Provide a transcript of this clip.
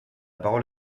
parole